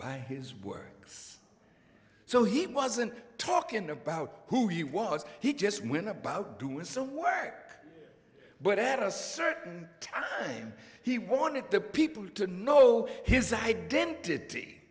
by his works so he wasn't talking about who he was he just went about doing some work but at a certain time he wanted the people to know his identity